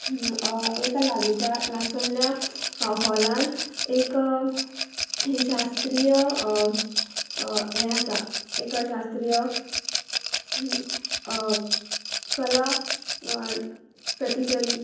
एका लागींच्या लागसल्या हॉलान एक शास्त्रीय हें आसा एक शास्त्रीय कला प्रतिशन